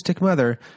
mother